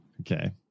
Okay